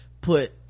put